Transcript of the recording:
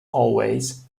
always